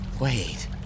Wait